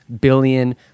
billion